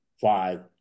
five